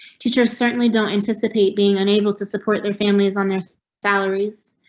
teachers certainly don't anticipate being unable to support their families on their so salaries.